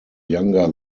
younger